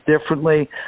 differently